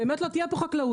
באמת לא תהיה פה חקלאות,